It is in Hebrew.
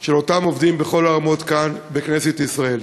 של אותם עובדים, בכל הרמות, כאן, בכנסת ישראל.